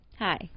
Hi